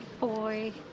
boy